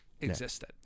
existed